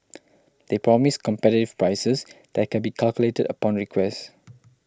they promise competitive prices that can be calculated upon request